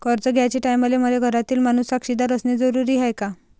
कर्ज घ्याचे टायमाले मले घरातील माणूस साक्षीदार असणे जरुरी हाय का?